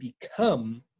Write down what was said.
become